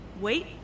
Wait